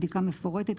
בדיקה מפורטת,